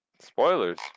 Spoilers